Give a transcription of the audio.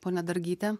ponia dargyte